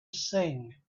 sing